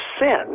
sin